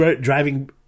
driving